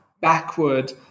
backward